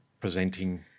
presenting